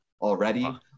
already